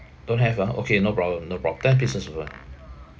don't have ah okay no problem no prob~ ten pieces also